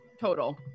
total